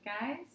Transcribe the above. guys